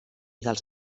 dels